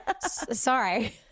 Sorry